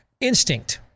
instinct